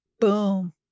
Boom